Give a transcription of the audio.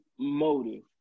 motive